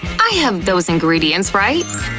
i have those ingredients, right?